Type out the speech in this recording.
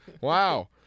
Wow